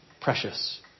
precious